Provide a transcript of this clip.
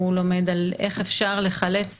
הוא לומד על איך אפשר לחלץ